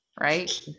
right